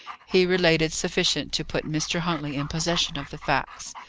he related sufficient to put mr. huntley in possession of the facts.